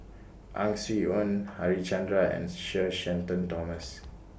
Ang Swee Aun Harichandra and Sir Shenton Thomas